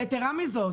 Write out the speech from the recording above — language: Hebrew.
יתרה מזו,